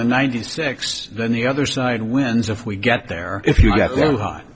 the ninety six then the other side wins if we get there if you got